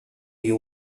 you